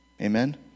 Amen